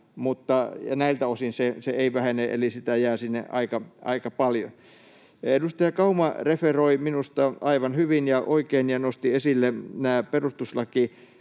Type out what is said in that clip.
näiltä osin se ei vähene, eli sitä jää sinne aika paljon. Edustaja Kauma minusta aivan hyvin ja oikein nosti esille ja